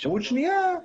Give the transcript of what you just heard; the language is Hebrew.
אפשרות שנייה היא